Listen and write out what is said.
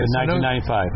1995